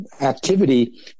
activity